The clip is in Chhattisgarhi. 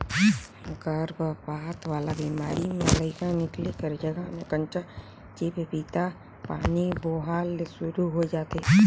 गरभपात वाला बेमारी में लइका निकले कर जघा में कंचा चिपपिता पानी बोहाए ले सुरु होय जाथे